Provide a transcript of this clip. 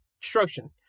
construction